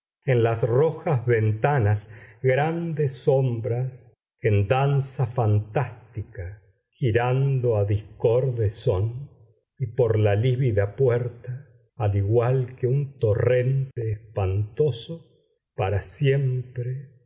en las rojas ventanas grandes sombras en danza fantástica girando a discorde son y por la lívida puerta al igual que un torrente espantoso para siempre